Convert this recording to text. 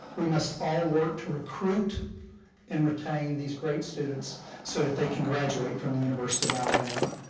we must all work to recruit and retain these great students so that they can graduate from the university of alabama.